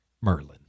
Merlin